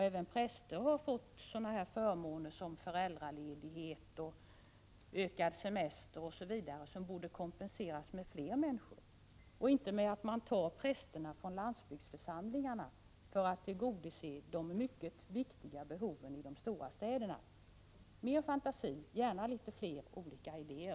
Även präster har ju sådana förmåner som t.ex. föräldraledighet och längre semester och därför borde det finnas fler präster. Man skall inte kompensera på det sättet att präster tas från landsbygdsförsamlingarna för att man skall kunna tillgodose det mycket betydande behovet i de stora städerna. Jag förordar alltså mer fantasi och gärna något fler olika idéer.